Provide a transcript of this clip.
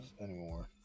anymore